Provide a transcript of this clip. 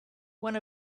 one